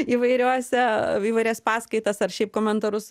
įvairiuose įvairias paskaitas ar šiaip komentarus